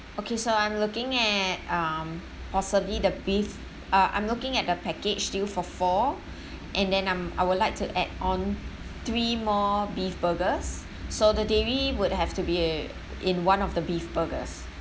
okay so I'm looking at um possibly the beef uh I'm looking at the package deal for four and then um I would like to add on three more beef burgers so the dairy would have to be in one of the beef burgers